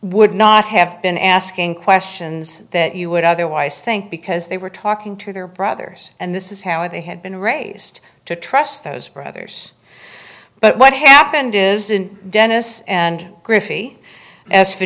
would not have been asking questions that you would otherwise think because they were talking to their brothers and this is how they had been raised to trust those brothers but what happened is dennis and griffey as f